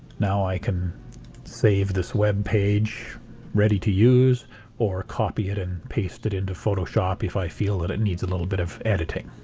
now i can save this web page ready to use or copy it and paste it into photoshop if i feel it it needs a little bit of editing.